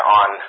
on